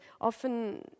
often